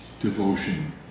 devotion